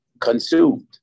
consumed